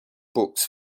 books